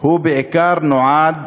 בעיקר נועד